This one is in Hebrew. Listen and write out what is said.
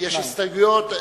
יש הסתייגויות.